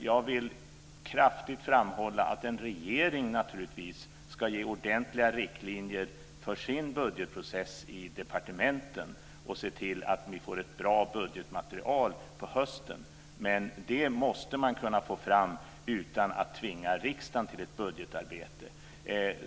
Jag vill kraftigt framhålla att en regering naturligtvis ska ge ordentliga riktlinjer för sin budgetprocess i departementen och se till att vi får ett bra budgetmaterial på hösten. Men det måste man kunna få fram utan att tvinga riksdagen till ett budgetarbete.